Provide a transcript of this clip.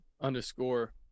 underscore